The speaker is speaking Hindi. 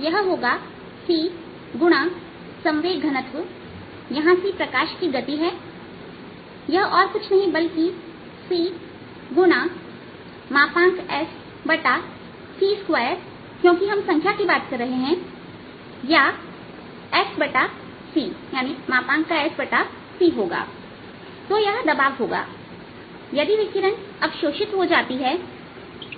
यह होगा c x संवेग घनत्व यहां c प्रकाश की गति है जो कुछ नहीं है बल्कि cSc2क्योंकि हम संख्या की बात कर रहे हैं या Sc होगा तो यह दबाव होगायदि विकिरण अवशोषित हो जाती है